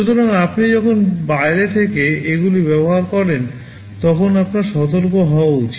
সুতরাং আপনি যখন বাইরে থেকে এগুলি ব্যবহার করেন তখন আপনার সতর্ক হওয়া উচিত